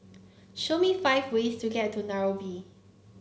show me five ways to get to Nairobi